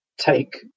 take